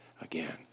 again